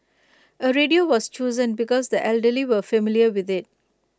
A radio was chosen because the elderly were familiar with IT